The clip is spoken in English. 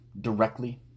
directly